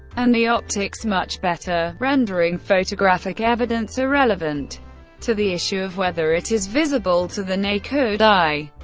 and the optics much better, rendering photographic evidence irrelevant to the issue of whether it is visible to the naked eye.